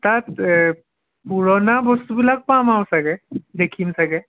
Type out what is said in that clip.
তাত এ পুৰণা বস্তুবিলাক পাম আৰু চাগৈ দেখিম চাগৈ